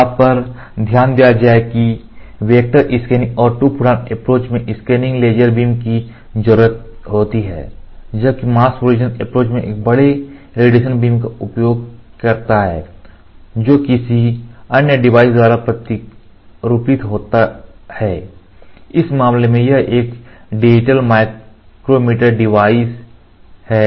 इस बात पर ध्यान दिया जाता है कि वेक्टर स्कैन और टू फोटोन अप्रोच में स्कैनिंग लेजर बीम की जरूरत होती है जबकि मास्क प्रोजेक्शन अप्रोच एक बड़े रेडिएशन बीम का उपयोग करता है जो किसी अन्य डिवाइस द्वारा प्रतिरूपित होता है इस मामले में यह एक डिजिटल माइक्रोमीटर डिवाइस है